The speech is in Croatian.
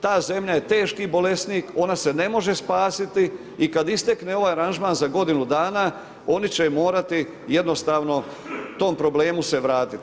Ta zemlja je teški bolesnik, ona se ne može spasiti i kad istekne ovaj aranžman za godinu dana, oni će morati jednostavno tom problemu se vratiti.